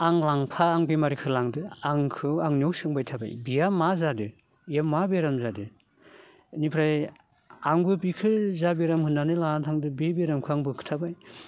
आं बेमारिखो लांदो आंखौ आंनियाव सोंबाय थाबाय बिहा मा जादो बेहा मा बेराम जादो इनिफ्राय आंबो बिखो जा बेराम होनना लाना थांदो बे बेरामखो आंबो खोन्थाबाय